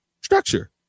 Structure